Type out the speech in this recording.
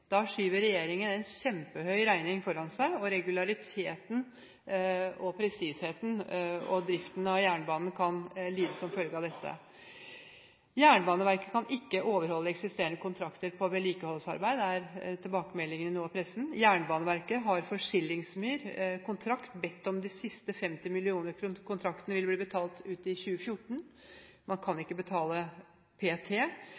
Da skyver regjeringen en kjempehøy regning foran seg, og regulariteten, presisheten og driften av jernbanen kan lide som følge av dette. Jernbaneverket kan ikke overholde eksisterende kontrakter på vedlikeholdsarbeid – det er nå tilbakemeldingen i pressen. Jernbaneverket har for Skillingsmyr-kontrakten bedt om de siste 50 millioner kr. Kontrakten vil bli betalt ut i 2014, og man kan